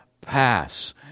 pass